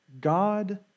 God